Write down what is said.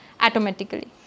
automatically